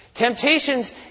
Temptations